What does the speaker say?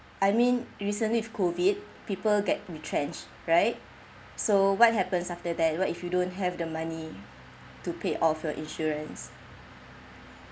I mean recently with COVID people get retrenched right so what happens after that what if you don't have the money to pay off your insurance